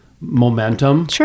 momentum